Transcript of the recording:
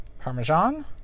parmesan